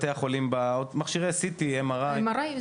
מכשירי CT ו-MRI.